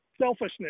selfishness